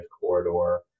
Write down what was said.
corridor